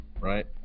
right